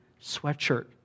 sweatshirt